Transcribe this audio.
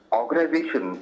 organization